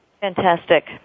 Fantastic